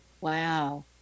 wow